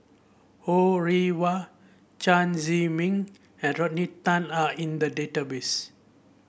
Ho Rih Hwa Chen Zhiming and Rodney Tan are in the database